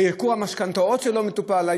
ייקור המשכנתאות, שלא מטופל.